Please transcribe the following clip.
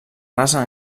rasa